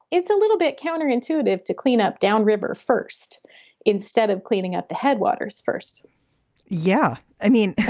it's a little bit counterintuitive to cleanup down river first instead of cleaning up the headwaters first yeah, i mean,